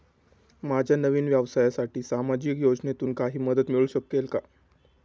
माझ्या नवीन व्यवसायासाठी सामाजिक योजनेतून काही मदत मिळू शकेल का?